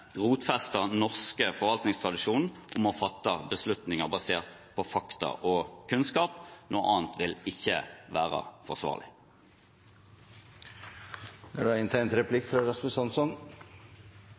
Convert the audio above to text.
rotfestede norske forvaltningstradisjonen om å fatte beslutninger basert på fakta og kunnskap. Noe annet vil ikke være